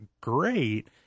great